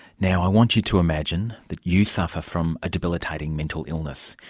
now, i want you to imagine that you suffer from a debilitating mental illness,